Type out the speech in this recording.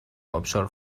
ابشار